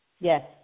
Yes